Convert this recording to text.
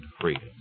freedom